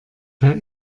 per